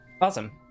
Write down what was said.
Awesome